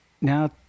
now